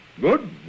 Good